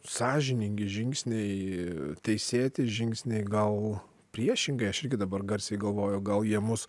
sąžiningi žingsniai teisėti žingsniai gal priešingai aš irgi dabar garsiai galvoju gal jie mus